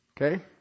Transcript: Okay